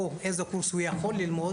או איזה קורס הוא יכול ללמוד